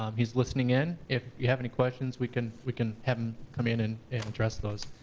um he's listening in, if you have any questions we can we can have him come in in and address those.